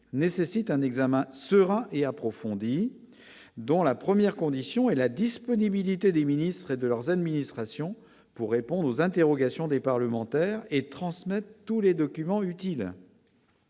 nécessitent un examen serein et approfondi dans la première condition et la disponibilité des ministres et de leurs administrations pour répondre aux interrogations des parlementaires et transmettre tous les documents utiles.